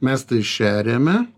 mes tai šeriame